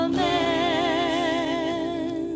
Amen